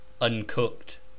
Uncooked